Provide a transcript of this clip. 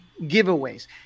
giveaways